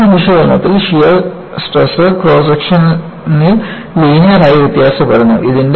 torsion വിശകലനത്തിൽ shear stress cross സെക്ഷനിൽ linear ആയി വ്യത്യാസപ്പെടുന്നു